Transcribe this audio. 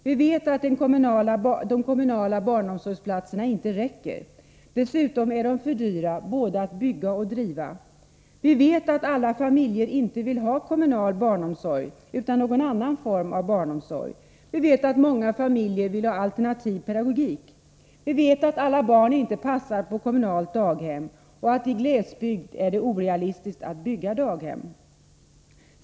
Vi vet att de kommunala barnomsorgsplatserna inte räcker. Dessutom är de för dyra både att bygga och att driva. Vi vet att alla familjer inte vill ha kommunal barnomsorg, utan någon annan form av barnomsorg. Vi vet att många familjer vill ha alternativ pedagogik. Vi vet att alla barn inte passar på kommunalt daghem och att det i glesbygd är orealistiskt att bygga daghem.